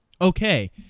okay